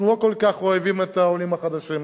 אנחנו לא כל כך אוהבים את העולים החדשים.